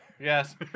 Yes